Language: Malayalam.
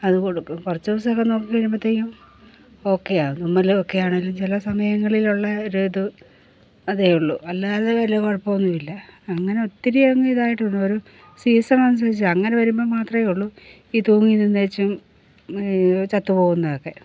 അത് കൊടുക്കും കുറച്ചുദിവസം ഒക്കെ നോക്കി കഴിയുമ്പഴത്തേക്കും ഓക്കെ ആകും നമ്മൾ ഓക്കെയാണെങ്കിലും ചില സമയങ്ങളിലുള്ള ഒരിത് അതേയുള്ളൂ അല്ലാതെ വലിയ കുഴപ്പം ഒന്നും ഇല്ല അങ്ങനെ ഒത്തിരി അങ്ങ് ഇതായിട്ട് ഒരു സീസൺ അനുസരിച്ചാ അങ്ങനെ വരുമ്പം മാത്രമേ ഉള്ളൂ ഈ തൂങ്ങി നിന്നേച്ചും ചത്തു പോകുന്നതൊക്കെ